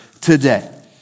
today